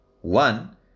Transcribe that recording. One